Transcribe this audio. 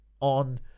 on